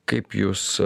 kaip jūs